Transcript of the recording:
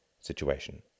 situation